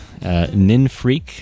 Ninfreak